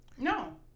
No